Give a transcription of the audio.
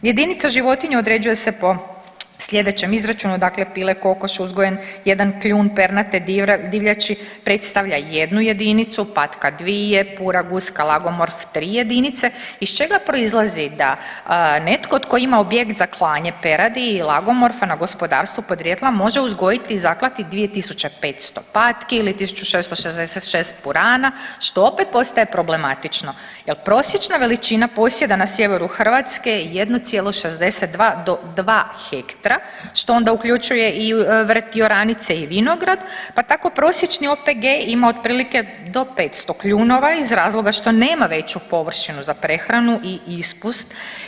Jedinica životinje određuje se po sljedećem izračunu dakle pile, kokoš, uzgojen jedan kljun pernati divljači predstavlja jednu jedinicu, patka dvije, pura, guska, lagomorf tri jedinice iz čega proizlazi da netko tko ima objekt za klanje peradi i lagomorfa na gospodarstvu podrijetla može uzgojiti i zaklati 2.500 patki ili 1.666 purana što opet postaje problematično jel prosječna veličina posjeda na sjeveru Hrvatske je 1,62 do 2 hektra što onda uključuje i vrt i oranice i vinograd, pa tako prosječni OPG ima otprilike do 500 kljunova iz razloga što nema veću površinu za prehranu i ispust.